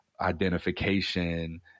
identification